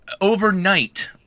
overnight